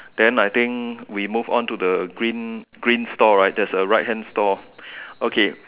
then I think we move on to the green green store right there's a right hand store okay